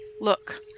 Look